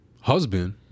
husband